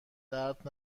درد